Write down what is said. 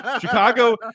Chicago